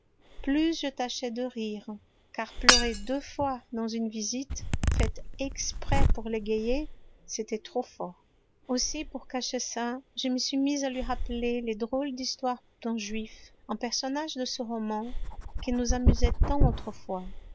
plus je tâchais de rire car pleurer deux fois dans une visite faite exprès pour l'égayer c'était trop fort aussi pour cacher ça je me suis mise à lui rappeler les drôles d'histoires d'un juif un personnage de ce roman qui nous amusait tant autrefois